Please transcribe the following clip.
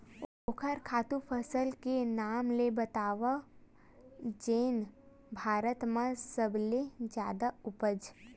ओखर खातु फसल के नाम ला बतावव जेन भारत मा सबले जादा उपज?